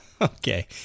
Okay